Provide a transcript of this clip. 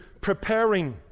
preparing